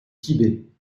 tibet